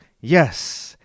yes